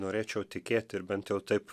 norėčiau tikėti ir bent jau taip